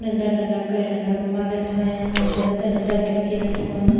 नंढा नंढा करे नंढा रूमाल ठाहियां मंदिर जा नंढा नैपकिन ठहिणु